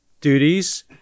duties